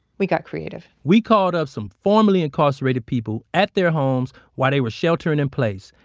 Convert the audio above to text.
we got creative we called up some formerly incarcerated people at their homes while they were sheltering in place.